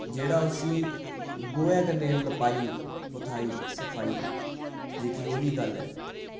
जेह्ड़ा उसी गोहे कन्नै लपाई पुथाई सफाई जेह्की ओह्दी गल्ल ऐ